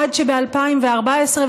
עד שב-2014,